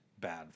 bad